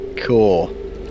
cool